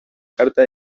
carta